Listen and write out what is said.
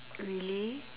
really